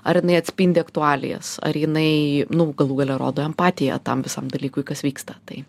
ar jinai atspindi aktualijas ar jinai nu galų gale rodo empatiją tam visam dalykui kas vyksta tai